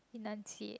enunciate